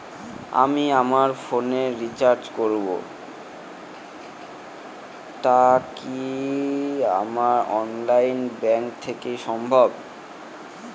আমি আমার ফোন এ রিচার্জ করব টা কি আমার অনলাইন ব্যাংক থেকেই সম্ভব?